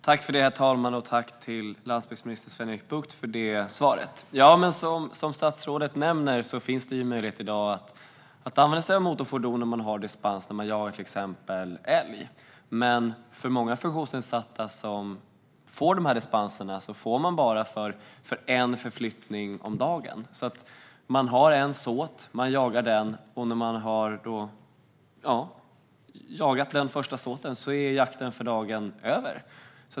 Herr talman! Jag tackar landsbygdsminister Sven-Erik Bucht för detta svar. Som statsrådet nämner finns det i dag möjlighet att använda sig av motorfordon om man har dispens när man jagar till exempel älg. Men många funktionsnedsatta får dispens bara för en förflyttning om dagen. Man har en såt, och när man har jagat denna såt är jakten för dagen över.